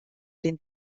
den